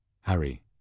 Harry